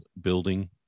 building